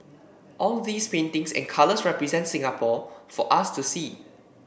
all these paintings and colours represent Singapore for us to see